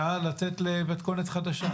לצאת למתכונת חדשה.